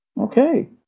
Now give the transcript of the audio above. Okay